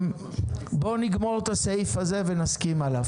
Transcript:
בואו נגמור את הסעיף הזה ונסכים עליו.